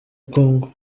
congo